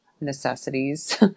necessities